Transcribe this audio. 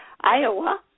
Iowa